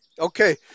Okay